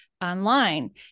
online